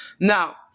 Now